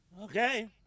Okay